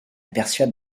persuade